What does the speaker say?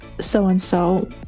so-and-so